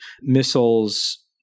missiles